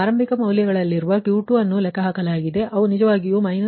ಆದ್ದರಿಂದ ಆರಂಭಿಕ ಮೌಲ್ಯಗಳಲ್ಲಿರುವ Q2ಅನ್ನು ಲೆಕ್ಕಹಾಕಲಾಗಿದೆ ಆದ್ದರಿಂದ ಅವು ನಿಜವಾಗಿ −1